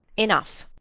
enough.